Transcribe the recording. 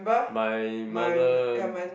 my mother